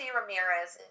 Ramirez